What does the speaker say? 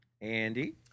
Andy